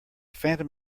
phantom